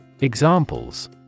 Examples